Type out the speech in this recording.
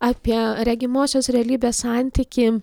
apie regimosios realybės santykį